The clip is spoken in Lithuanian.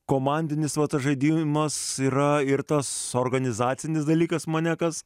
komandinis žaidimas yra ir tas organizacinis dalykas mane kas